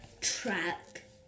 track